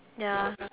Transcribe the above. ya